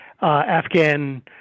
Afghan